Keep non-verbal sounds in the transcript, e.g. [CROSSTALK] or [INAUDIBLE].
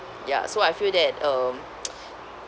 ya so I feel that um [NOISE]